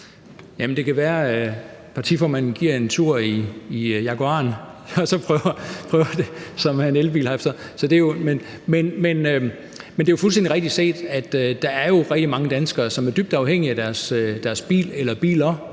det kan være, at partiformanden giver en tur i Jaguaren, som jeg har forstået er en elbil. Men det er jo fuldstændig rigtigt set, at der er rigtig mange danskere, som er dybt afhængige af deres bil eller biler,